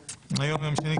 היום יום שני,